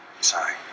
sorry